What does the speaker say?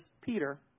Peter